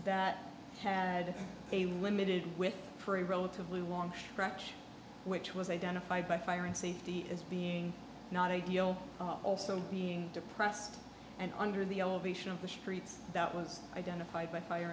that had a limited with for a relatively long stretch which was identified by fire and safety as being not ideal also being depressed and under the elevation of the streets that was identified by fire